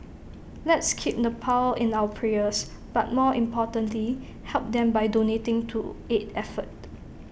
let's keep Nepal in our prayers but more importantly help them by donating to aid effort